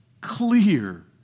clear